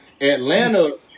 Atlanta